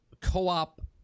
Co-op